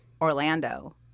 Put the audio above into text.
orlando